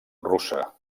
russa